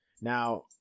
Now